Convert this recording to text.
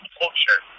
culture